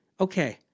Okay